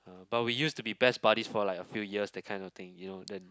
but we used to be best buddies for like a few years that kind of thing you know then